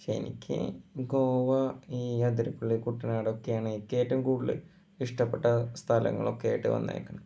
പക്ഷേ എനിക്ക് ഗോവ ഈ അതിരപ്പള്ളി കുട്ടനാടൊക്കെ ആണ് എനിക്ക് ഏറ്റവും കൂടുതൽ ഇഷ്ടപ്പെട്ട സ്ഥലങ്ങളൊക്കെ ആയിട്ട് വന്നേക്കുന്നത്